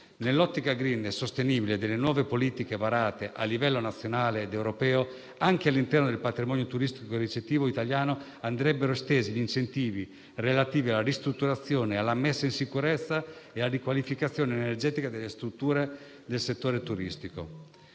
Nell'ottica *green* e sostenibile delle nuove politiche varate a livello nazionale ed europeo, anche all'interno del patrimonio turistico ricettivo italiano, andrebbero estesi gli incentivi relativi alla ristrutturazione, alla messa in sicurezza e alla riqualificazione energetica delle strutture del settore turistico.